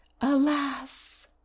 Alas